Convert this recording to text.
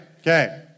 Okay